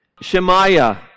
Shemaiah